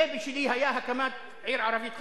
הבייבי שלי היה הקמת עיר ערבית חדשה.